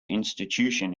institution